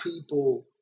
people